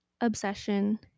obsession